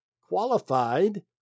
qualified